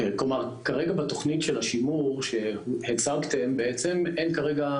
כרגע בתוכנית של השימור שהצגתם, אין כרגע